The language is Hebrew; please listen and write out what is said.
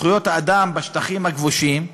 זכויות האדם בשטחים הכבושים,